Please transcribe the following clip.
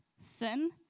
sin